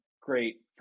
great